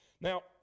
Now